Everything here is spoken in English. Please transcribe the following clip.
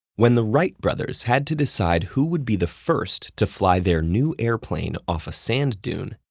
when the wright brothers had to decide who would be the first to fly their new airplane off a sand dune,